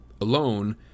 Alone